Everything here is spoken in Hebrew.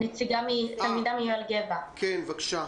כן, בבקשה.